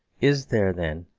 is there, then,